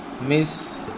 miss